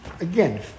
again